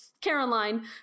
Caroline